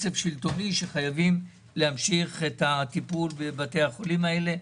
חייבים להמשיך את הטיפול בבתי החולים האלה.